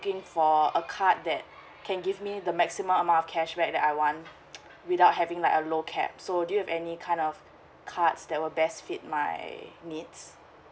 looking for a card that can give me the maximum amount of cash right when I want without having like a low cap so do you have any kind of cards that will best fit my needs